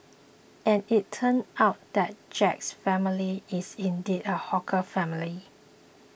and it turned out that Jack's family is indeed a hawker family